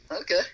okay